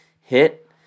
hit